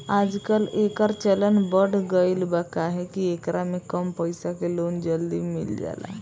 आजकल, एकर चलन बढ़ गईल बा काहे कि एकरा में कम पईसा के लोन जल्दी मिल जाला